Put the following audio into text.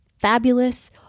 fabulous